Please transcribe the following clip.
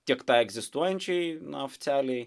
tiek tai egzistuojančiai oficialiai